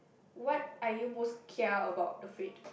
what are you most care about afraid